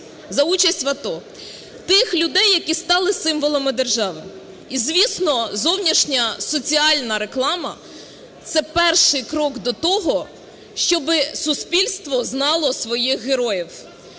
за участь в АТО, тих людей, які стали символами держави? І звісно, зовнішня соціальна реклама – це перший крок до того, щоби суспільство знало своїх героїв.